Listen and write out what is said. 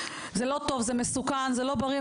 זה לא טוב זה מסוכן זה לא בריא,